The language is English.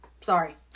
Sorry